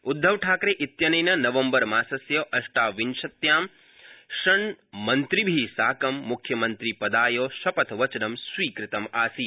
उद्ववठाकरे इत्यनेन नवम्बर मासस्य अष्टाविशत्यां षण्मन्त्रिभिस्साकं मुख्यमन्त्रिपदाय शपथवचनं स्वीकृतमासीत्